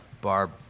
Barb